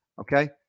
Okay